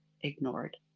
ignored